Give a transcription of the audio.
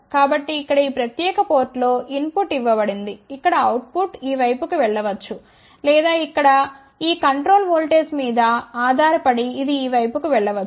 కాబట్టి ఇక్కడ ఈ ప్రత్యేక పోర్టులో ఇన్ పుట్ ఇవ్వబడింది ఇక్కడ అవుట్ పుట్ ఈ వైపుకు వెళ్ళవచ్చు లేదా ఇక్కడ ఈ కంట్రోల్ ఓల్టేజ్ మీద ఆధారపడి ఇది ఈ వైపుకు వెళ్ళవచ్చు